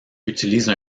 utilise